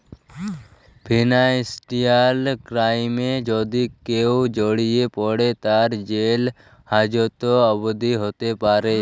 financial ক্রাইমে যদি কেউ জড়িয়ে পরে, তার জেল হাজত অবদি হ্যতে প্যরে